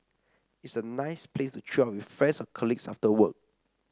it's a nice place to chill with friends or colleagues after work